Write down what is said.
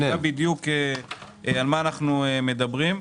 שנדע על מה אנחנו מדברים.